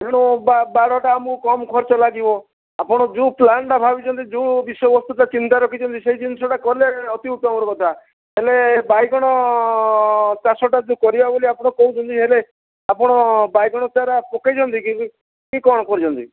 ତେଣୁ ବା ବାଡ଼ଟା ଆମକୁ କମ୍ ଖର୍ଚ୍ଚ ଲାଗିବ ଆପଣ ଯେଉଁ ପ୍ଲାନଟା ଭାବିଛନ୍ତି ଯେଉଁ ବିଷୟ ବସ୍ତୁଟା ଚିନ୍ତା ରଖିଛନ୍ତି ସେହି ଜିନିଷଟା କଲେ ଅତି ଉତ୍ତମର କଥା ହେଲେ ବାଇଗଣ ଚାଷଟା ଯେ କରିବା ବୋଲି ଆପଣ କହୁଛନ୍ତି ହେଲେ ଆପଣ ବାଇଗଣ ଚାରା ପକେଇଛନ୍ତି କି କଣ କରିଛନ୍ତି